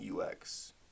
UX